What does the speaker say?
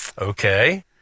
Okay